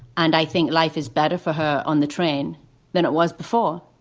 and i think life is better for her on the train than it was before.